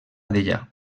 dellà